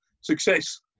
Success